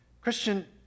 Christian